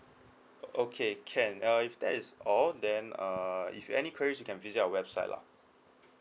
okay can uh if that is all then uh if have any queries you can visit our website lah